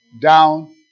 down